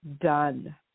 done